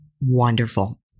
Wonderful